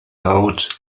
out